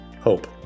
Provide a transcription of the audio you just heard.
hope